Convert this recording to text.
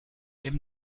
hep